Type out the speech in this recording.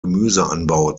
gemüseanbau